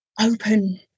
open